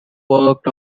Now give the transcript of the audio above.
worked